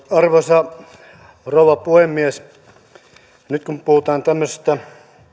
arvoisa rouva puhemies nyt kun puhutaan tämmöisestä